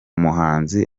muhanzi